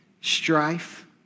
strife